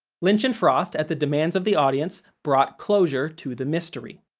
lynch and frost, at the demands of the audience, brought closure to the mystery.